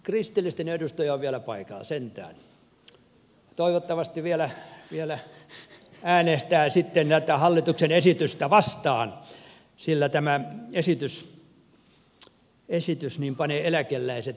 kristillisten edustaja on vielä paikalla sentään toivottavasti vielä äänestää tätä hallituksen esitystä vastaan sillä tämä esitys panee eläkeläiset polvilleen